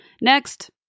Next